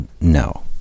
no